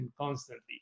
constantly